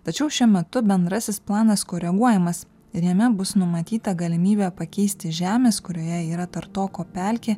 tačiau šiuo metu bendrasis planas koreguojamas ir jame bus numatyta galimybė pakeisti žemės kurioje yra tartoko pelkė